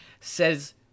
says